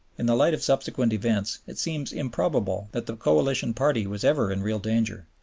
in the light of subsequent events it seems improbable that the coalition party was ever in real danger.